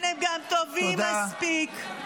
תודה.